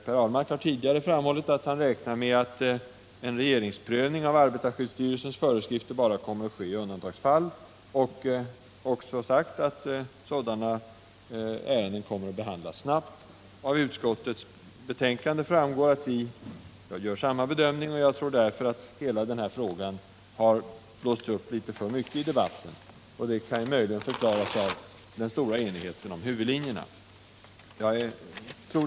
Per Ahlmark har tidigare framhållit att han räknar med att regeringsprövning av arbetarskyddsstyrelsens föreskrifter kommer att ske bara i undantagsfall. Han har också sagt att sådana ärenden kommer att behandlas snabbt. Av utskottsbetänkandet framgår att vi i utskottet gör samma bedömning. Jag tror därför att denna fråga har blåsts upp litet för mycket i debatten, vilket kanske kan förklaras av den stora enigheten om huvudlinjerna.